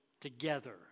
together